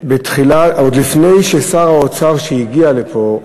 עוד לפני ששר האוצר שהגיע לפה,